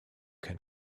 can